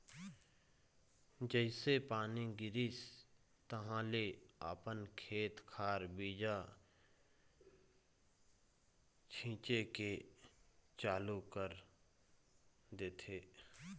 जइसे पानी गिरिस तहाँले अपन खेत खार बीजा छिचे के चालू कर देथे